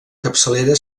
capçalera